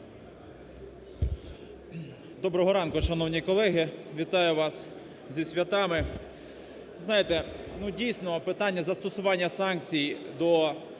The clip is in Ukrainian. Доброго ранку, шановні колеги, вітаю вас зі святами! Ви знаєте, дійсно, питання застосування санкцій до Януковича